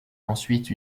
ensuite